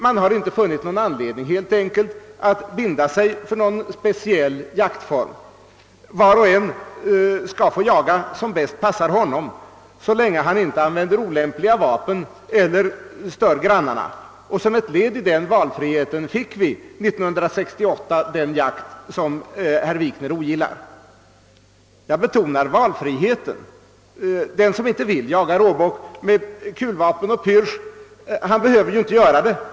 Man har helt enkelt inte funnit anledning att binda sig för någon speciell jaktform. Var och en skall få jaga som det bäst passar honom så länge han inte använder olämpliga vapen eller stör grannarna. Som ett led i den valfriheten fick vi 1968 den jakt som herr Wikner ogillar. Jag betonar valfriheten. Den som inte vill jaga råbock med kulvapen och pyrsch behöver ju inte göra det.